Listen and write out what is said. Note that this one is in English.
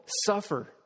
suffer